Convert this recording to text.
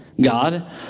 God